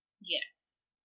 Yes